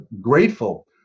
grateful